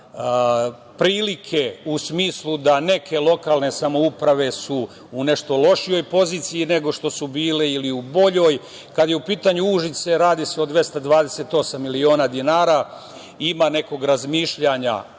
prilike u smislu da neke lokalne samouprave su u nešto lošijoj poziciji nego što su bile ili u boljoj. Kada je u pitanju Užice radi se o 228 miliona dinara. Ima nekog razmišljanja